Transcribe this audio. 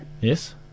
yes